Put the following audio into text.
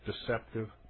deceptive